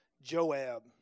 Joab